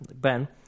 Ben